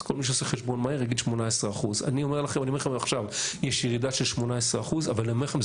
אז כל מי שעושה חשבון מהר יגיד 18%. יש ירידה של 18% אבל אני אומר לכם,